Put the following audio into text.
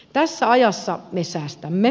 tässä ajassa me säästämme